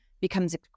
becomes